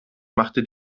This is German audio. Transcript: machte